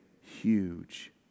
huge